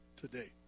today